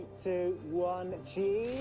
two. one.